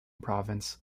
province